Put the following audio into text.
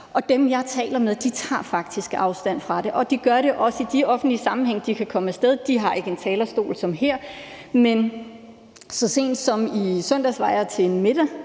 mig. Dem, jeg taler med, tager faktisk afstand fra det, og det gør de også i de offentlige sammenhænge, hvor de kan komme af sted med det. De har ikke en talerstol som her. Så sent som i søndags var jeg til en